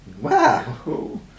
Wow